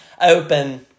open